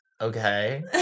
Okay